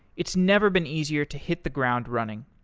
it's never been easier to hit the ground running.